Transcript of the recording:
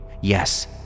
Yes